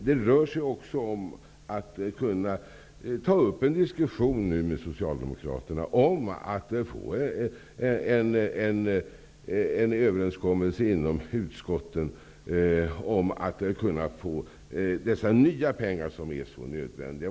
Det rör sig också om att kunna ta upp en diskussion med Socialdemokraterna om att träffa en överenskommelse i utskotten om att kunna få dessa nya pengar. Dessa pengar är så nödvändiga.